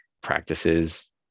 practices